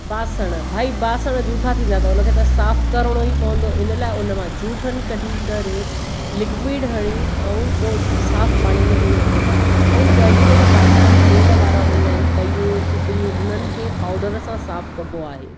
बासण भाइ बासण जूठा थींदा त उनखे त साफ़ करिणो ई पवंदो इन लाइ उन मां जूठन कढी करे लिक़्विड हणी ऐं पोइ साफ़ पाणीअ मां धोई रखबा आहिनि ऐं केॾीमहिल बासण तेल वारा हूंदा आहिनि तयूं सिपरियूं उन्हनि खे पाउडर सां साफ़ कबो आहे